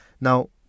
Now